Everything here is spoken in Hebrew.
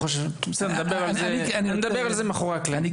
בסדר, נדבר על זה מאחורי הקלעים.